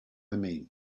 mean